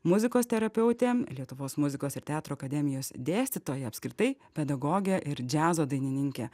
muzikos terapeutė lietuvos muzikos ir teatro akademijos dėstytoja apskritai pedagogė ir džiazo dainininkė